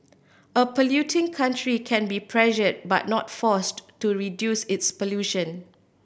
a polluting country can be pressured but not forced to reduce its pollution